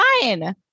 fine